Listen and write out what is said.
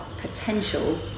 potential